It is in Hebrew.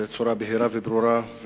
בצורה בהירה וברורה,